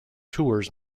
tours